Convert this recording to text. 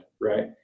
right